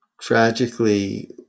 tragically